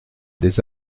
des